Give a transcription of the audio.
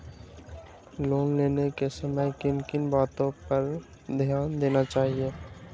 Loan लेने के समय किन किन वातो पर ध्यान देना चाहिए?